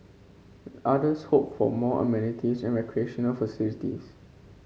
others hoped for more amenities and recreational facilities